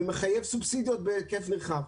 ומחייב סובסידיות בהיקף נרחב.